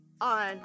on